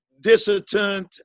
dissident